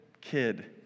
kid